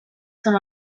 són